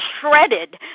shredded